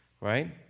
right